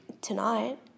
Tonight